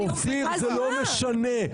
אופיר זה לא משנה,